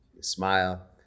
smile